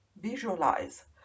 Visualize